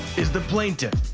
is the plaintiff.